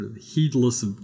heedless